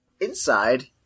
Inside